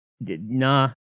Nah